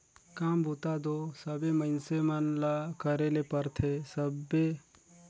काम बूता दो सबे मइनसे मन ल करे ले परथे तबे दो कोनो मइनसे कर रोजी रोटी हर सरलग चइल पाही